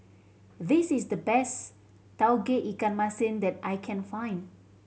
this is the best Tauge Ikan Masin that I can find